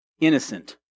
Innocent